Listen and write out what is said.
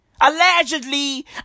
allegedly